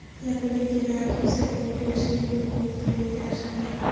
लकड़ी के राखी से पोटैशियम के पूर्ति कइल जा सकेला